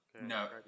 No